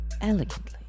elegantly